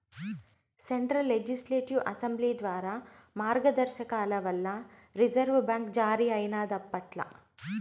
central Legislative Assembly ద్వారా మార్గదర్శకాల వల్ల రిజర్వు బ్యాంక్ జారీ అయినాదప్పట్ల